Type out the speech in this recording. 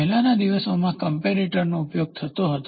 પહેલાના દિવસોમાં કમ્પેરેટરનો ઉપયોગ થતો હતો